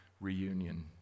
reunion